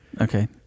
Okay